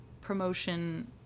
promotion